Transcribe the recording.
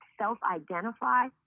self-identify